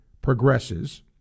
progresses